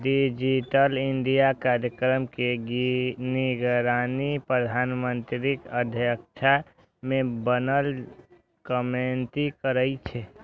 digital India कार्यक्रम के निगरानी प्रधानमंत्रीक अध्यक्षता मे बनल कमेटी करै छै